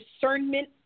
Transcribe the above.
discernment